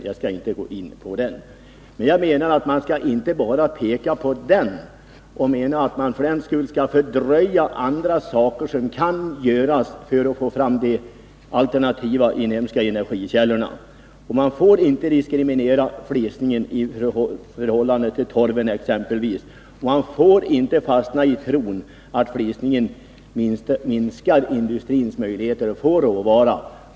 Jag menar att man inte bara skall peka på energiskatten i det här sammanhanget och på det sättet fördröja åtgärder som kan vidtas för att få fram alternativa inhemska energikällor. Man får inte diskriminera flisningen i förhållande till exempelvis torven, och man får inte fastna i tron att flisningen minskar industrins möjligheter att få råvara.